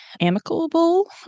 amicable